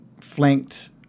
flanked